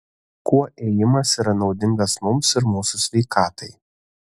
kuo ėjimas yra naudingas mums ir mūsų sveikatai